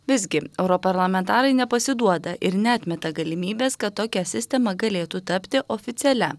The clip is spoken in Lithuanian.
visgi europarlamentarai nepasiduoda ir neatmeta galimybės kad tokia sistema galėtų tapti oficialia